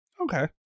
Okay